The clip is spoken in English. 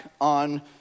on